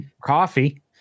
coffee